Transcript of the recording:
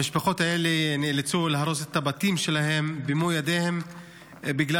המשפחות האלה נאלצו להרוס את הבתים שלהן במו ידיהן בגלל